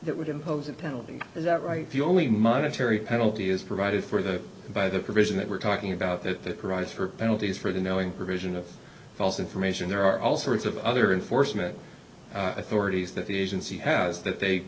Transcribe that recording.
that would impose a penalty is that right the only monetary penalty is provided for the by the provision that we're talking about that arise for penalties for the knowing provision of false information there are all sorts of other unfortunate authorities that the agency has th